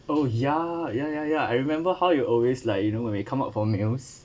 oh ya ya ya ya I remember how you always like you know when we come out for meals